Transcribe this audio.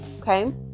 okay